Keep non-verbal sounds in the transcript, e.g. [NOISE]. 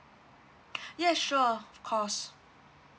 [BREATH] yeah of course